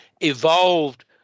evolved